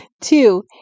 Two